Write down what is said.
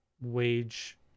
wage